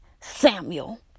Samuel